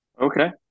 Okay